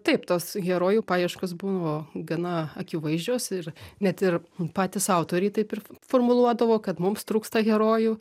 taip tos herojų paieškos buvo gana akivaizdžios ir net ir patys autoriai taip ir f formuluodavo kad mums trūksta herojų